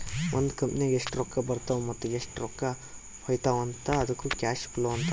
ಒಂದ್ ಕಂಪನಿನಾಗ್ ಎಷ್ಟ್ ರೊಕ್ಕಾ ಬರ್ತಾವ್ ಮತ್ತ ಎಷ್ಟ್ ರೊಕ್ಕಾ ಹೊತ್ತಾವ್ ಅದ್ದುಕ್ ಕ್ಯಾಶ್ ಫ್ಲೋ ಅಂತಾರ್